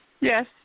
Yes